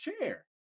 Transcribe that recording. chair